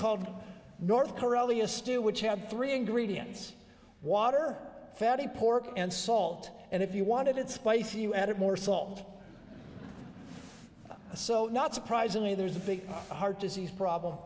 called north korea steel which had three ingredients water fatty pork and salt and if you wanted it spicy you added more salt so not surprisingly there's a big heart disease